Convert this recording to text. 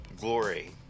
Glory